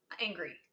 Angry